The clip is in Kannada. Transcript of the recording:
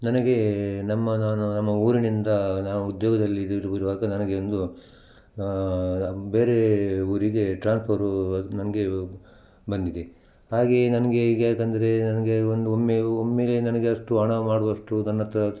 ನನಗೆ ನಮ್ಮ ನಾನು ನಮ್ಮ ಊರಿನಿಂದ ನಾವು ಉದ್ಯೋಗದಲ್ಲಿ ಇದಿರ್ ಇರುವಾಗ ನನಗೆ ಒಂದು ಬೇರೆ ಊರಿಗೆ ಟ್ರಾನ್ಸ್ಫರು ಅದು ನನಗೆ ಬಂದಿದೆ ಹಾಗೆಯೇ ನನಗೆ ಈಗ ಯಾಕಂದ್ರೆ ನನಗೆ ಒಂದು ಒಮ್ಮೆ ಒಮ್ಮೆಲೇ ನನಗೆ ಅಷ್ಟು ಹಣ ಮಾಡುವಷ್ಟು ನನ್ನ ಹತ್ತಿರ